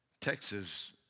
Texas